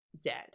dead